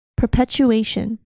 Perpetuation